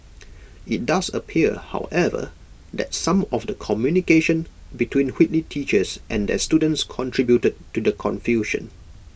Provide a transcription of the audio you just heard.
IT does appear however that some of the communication between Whitley teachers and their students contributed to the confusion